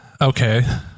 Okay